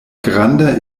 granda